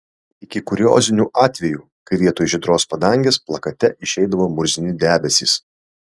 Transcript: iki kuriozinių atvejų kai vietoj žydros padangės plakate išeidavo murzini debesys